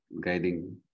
guiding